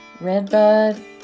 redbud